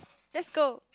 let's go